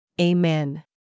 Amen